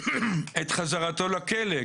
את חזרתו לכלא.